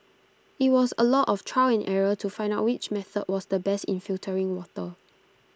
IT was A lot of trial and error to find out which method was the best in filtering water